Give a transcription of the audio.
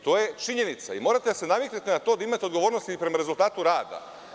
To je činjenica i morate da se naviknete na to da imate odgovornost i prema rezultatu rada.